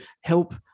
help